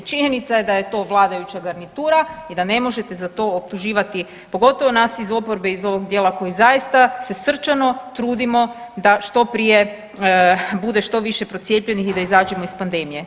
Činjenica je da je to vladajuća garnitura i da ne možete za to optuživati, pogotovo nas iz oporbe iz ovog dijela koji zaista se srčano trudimo da što prije bude što više procijepljenih i da izađemo iz pandemije.